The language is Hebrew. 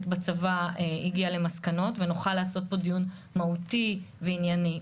בצבא הגיע למסקנות ונוכל לעשות פה דיון מהותי וענייני.